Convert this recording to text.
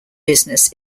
business